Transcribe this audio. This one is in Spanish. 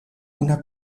una